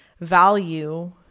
value